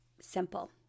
simple